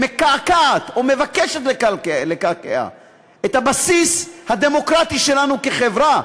שמבקשת לקעקע את הבסיס הדמוקרטי שלנו כחברה,